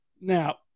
Now